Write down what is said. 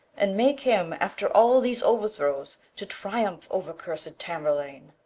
and make him, after all these overthrows, to triumph over cursed tamburlaine!